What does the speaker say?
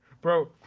Bro